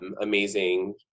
amazing